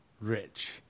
rich